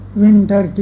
winter